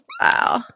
Wow